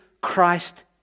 Christ